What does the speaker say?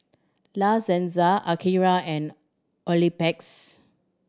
La Senza Akira and Oxyplus